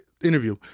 interview